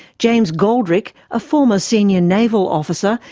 james goldrick, a former senior naval officer,